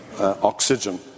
oxygen